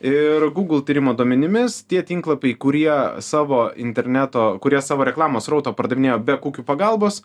ir gūgl tyrimo duomenimis tie tinklapiai kurie savo interneto kurie savo reklamos srautą pardavinėjo be kukių pagalbos